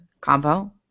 combo